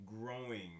growing